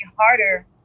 harder